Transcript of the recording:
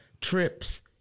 trips